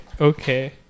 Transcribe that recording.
Okay